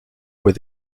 where